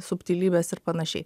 subtilybes ir panašiai